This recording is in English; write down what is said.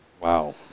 Wow